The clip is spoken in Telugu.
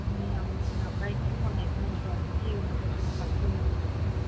మీ అబ్బా అబ్బాయికి మొన్న ఎగ్జామ్స్ జరిగినాయి యూనిట్ టెస్టులు ఫస్ట్ యూనిట్ టెస్ట్